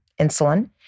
insulin